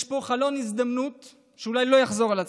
יש פה חלון הזדמנויות שאולי לא יחזור על עצמו.